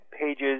pages